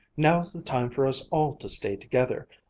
now's the time for us all to stay together!